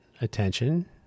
attention